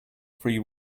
free